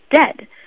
dead